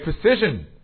precision